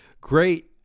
great